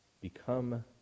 Become